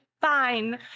fine